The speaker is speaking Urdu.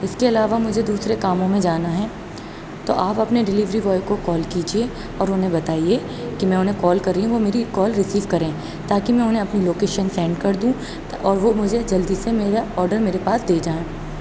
اس کے علاوہ مجھے دوسرے کاموں میں جانا ہے تو آپ اپنے ڈلیوری بوائے کو کال کیجیے اور انہیں بتائیے کہ میں انہیں کال کر رہی ہوں وہ میری کال ریسیو کریں تاکہ میں انہیں اپنی لوکیشن سینڈ کر دوں اور وہ مجھے جلدی سے میرا آڈر میرے پاس دے جائیں